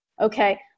Okay